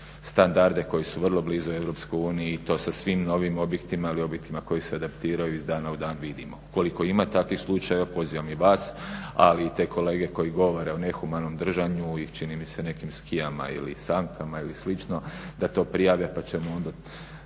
standarde koji su vrlo blizu EU i to sa svim novim objektima ili objektima koji se adaptiraju iz dana u dan vidimo. Ukoliko ima takvih slučajeva pozivam i vas, ali i te kolege koji govore o nehumanom držanju i čini mi se nekim skijama ili sankama ili slično da to prijave, pa ćemo onda